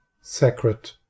sacred